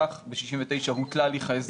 בשנת 1969 הותלה הליך ההסדר.